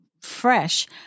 fresh